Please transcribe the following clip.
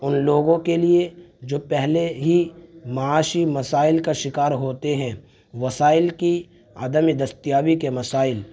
ان لوگوں کے لیے جو پہلے ہی معاشی مسائل کا شکار ہوتے ہیں وسائل کی عدم دستیابی کے مسائل